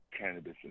cannabis